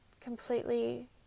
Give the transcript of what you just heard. completely